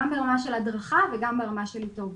גם ברמה של ההדרכה וגם ברמה של ההתערבות.